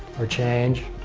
or change,